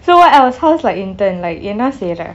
so uh how's like intern like என்ன செய்றேன்:enna seiren